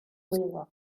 wylo